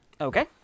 Okay